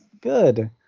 good